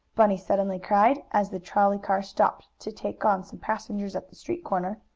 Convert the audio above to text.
bunny suddenly cried, as the trolley car stopped to take on some passengers at the street corner.